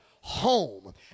Home